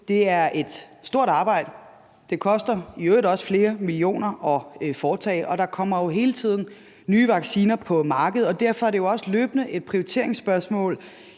mtv er et stort arbejde, det koster i øvrigt også flere millioner kroner at foretage det, og der kommer jo hele tiden nye vacciner på markedet, og derfor er det jo også løbende et prioriteringsspørgsmål,